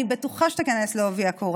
אני בטוחה שתיכנס בעובי הקורה.